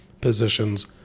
positions